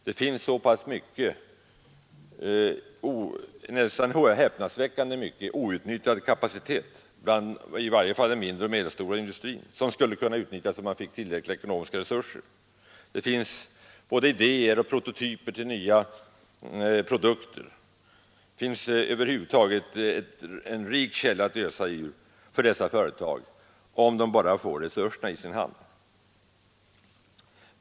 Det finns nästan häpnadsväckande mycket outnyttjad kapacitet hos t.ex. den mindre och medelstora industrin som skulle kunna utnyttjas, om man fick tillräckliga ekonomiska resurser. Det finns idéer och prototyper till nya produkter och över huvud taget en rik uppslagskälla att ösa ur i dessa företag, om de bara får resurser i sin hand.